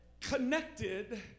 connected